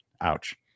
Ouch